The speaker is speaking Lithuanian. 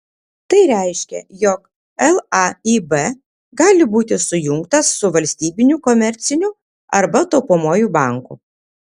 tai reiškia jog laib gali būti sujungtas su valstybiniu komerciniu arba taupomuoju banku